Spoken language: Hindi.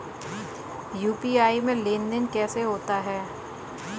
यू.पी.आई में लेनदेन कैसे होता है?